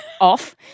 off